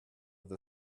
the